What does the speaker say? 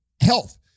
health